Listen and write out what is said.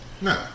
No